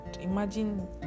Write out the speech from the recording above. imagine